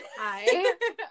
hi